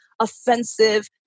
offensive